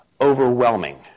overwhelming